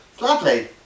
lovely